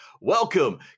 welcome